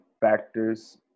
factors